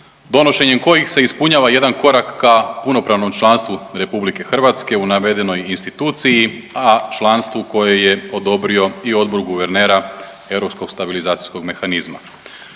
donošenjem kojih se ispunjava jedan korak ka punopravnom članstvu RH u navedenoj instituciji, a članstvu koje je odobrio i Odbor guvernera Europskog stabilizacijskog mehanizma.